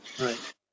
Right